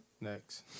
Next